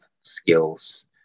skills